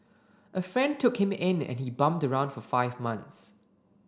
a friend took him in and he bummed around for five months